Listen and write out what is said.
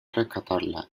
rescatarla